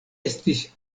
estis